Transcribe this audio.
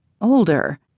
older